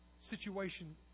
situation